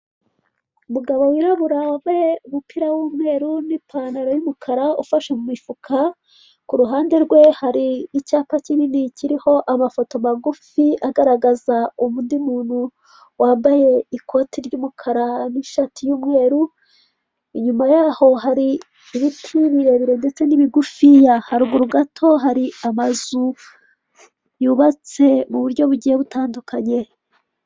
Umugabo wirabura wambaye umupira w'umweru n'ipantaro y'umukara ufashe mu mifuka, ku ruhande rwe hari icyapa kinini kiriho amafoto magufi agaragaza undi muntu wambaye ikoti ry'umukara n'ishati y'umweru. Inyuma yaho hari ibiti birebire ndetse n'ibigufiya. Haruguru gato hari amazu yubatse mu buryo bugiye butandukanye.